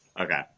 Okay